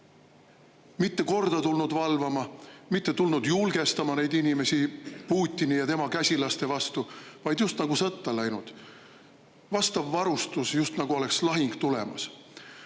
mitte tulnud korda valvama, mitte tulnud julgestama neid inimesi Putini ja tema käsilaste vastu, vaid just nagu oleksid sõtta läinud, vastav varustus, just nagu oleks lahing tulemas.